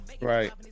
Right